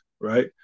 right